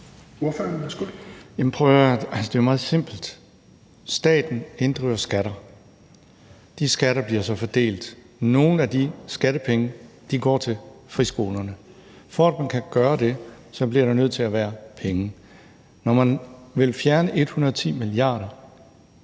Det er jo meget simpelt; staten inddriver skatter, og de skatter bliver så fordelt; nogle af de skattepenge går til friskolerne; for at man kan gøre det, bliver der nødt til at være penge, og når man vil fjerne 110 mia. kr.,